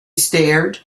stared